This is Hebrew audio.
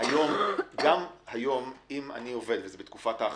גם היום, אם אני עובד וזה בתקופת האחריות,